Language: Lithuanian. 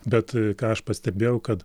bet ką aš pastebėjau kad